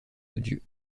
odieux